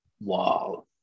Wow